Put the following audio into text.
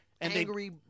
angry